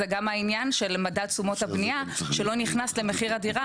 גם העניין של מדד תשומות הבנייה שלא נכנס למחיר הדירה